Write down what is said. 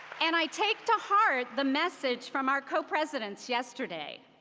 and i take to heart the message from our co-presidents yesterday,